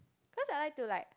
cause I like to like